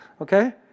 okay